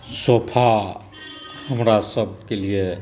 sofa हमरा सबके लिये